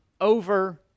over